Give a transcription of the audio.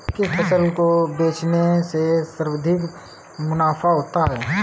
किस फसल को बेचने से सर्वाधिक मुनाफा होता है?